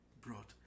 brought